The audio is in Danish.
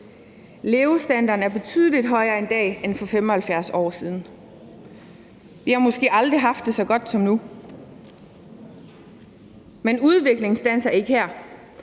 Levestandarden er betydelig højere i dag end for 75 år siden. Vi har måske aldrig haft det så godt som nu. Men udviklingen standser ikke her.